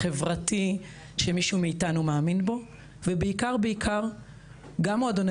חברתי שמישהו מאיתנו מאמין בו ובעיקר בעיקר גם מועדוני